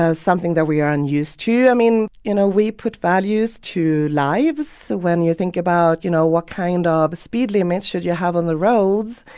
ah something that we aren't used to. i mean, you know, we put values to lives. so when you think about, you know, what kind ah of speed limits should you have on the roads,